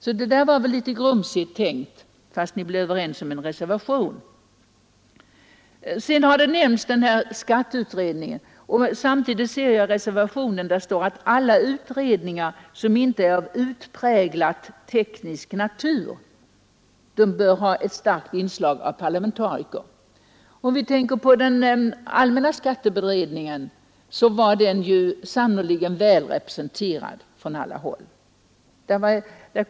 Så det där var väl litet grumsigt tänkt, fast ni blev ju överens om en reservation. Här har nämnts tteutredningen, och i reservationen står det att alla utredningar som inte är av utpräglat teknisk natur bör ha ett starkt inslag av parlamentariker. Den allmänna skatteutredningen var sannerligen väl representerad från alla håll.